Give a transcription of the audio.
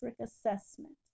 assessment